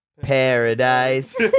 paradise